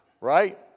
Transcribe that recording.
Right